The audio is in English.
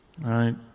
Right